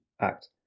act